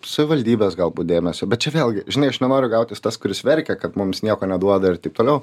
savivaldybės galbūt dėmesio bet čia vėlgi žinai aš nenoriu gautis tas kuris verkia kad mums nieko neduoda ir taip toliau